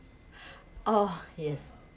oh yes